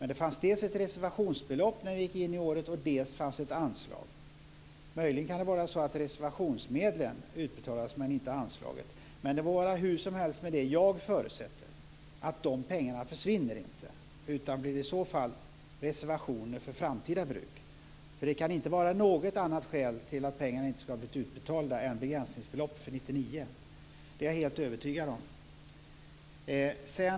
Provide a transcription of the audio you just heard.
Men det fanns dels ett reservationsbelopp under början av året, dels ett anslag. Möjligen har reservationsmedlen utbetalats, men inte anslaget. Det må vara hur som helst med det. Jag förutsätter att dessa pengar inte försvinner. I så fall blir de reservationer för framtida bruk. Det kan inte vara något annat skäl till att pengarna inte skulle ha blivit utbetalda än begränsningsbeloppet för 1999, det är jag helt övertygad om.